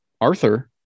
Arthur